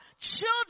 children